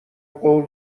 قول